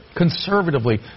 Conservatively